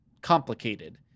complicated